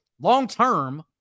long-term